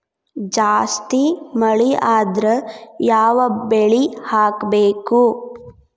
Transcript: ಜಾಸ್ತಿ ಮಳಿ ಆದ್ರ ಯಾವ ಬೆಳಿ ಹಾಕಬೇಕು?